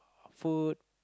food